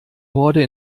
horde